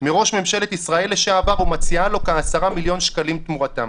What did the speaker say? מראש ממשלת ישראל לשעבר ומציעה לו כעשרה מיליון שקלים תמורתם.